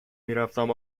میرفتم